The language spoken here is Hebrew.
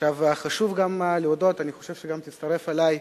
חשוב גם להודות, אני חושב שגם תצטרף אלי,